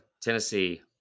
Tennessee